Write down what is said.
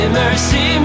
mercy